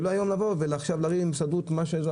ולא היום לבוא ולריב עם ההסתדרות או מה שזה,